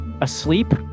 asleep